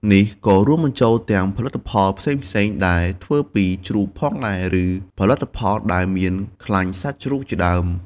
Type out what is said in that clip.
នេះក៏រួមបញ្ចូលទាំងផលិតផលផ្សេងៗដែលធ្វើពីជ្រូកផងដែរ ឬផលិតផលដែលមានខ្លាញ់សត្វជ្រូកជាដើម។